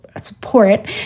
support